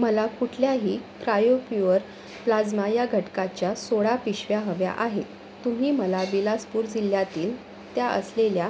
मला कुठल्याही cryo pure plasma या घटकाच्या सोळा पिशव्या हव्या आहे तुम्ही मला बिलासपूर जिल्ह्यातील त्या असलेल्या